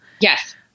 Yes